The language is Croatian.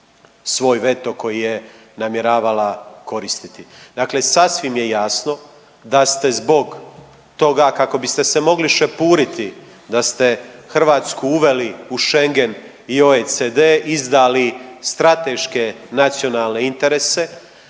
svoj veto koji je namjeravala koristiti. Dakle, sasvim je jasno da ste zbog toga kako biste se mogli šepuriti da ste Hrvatsku uveli u Schengen i OECD izdali strateške nacionalne interese,